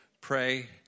Pray